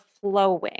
flowing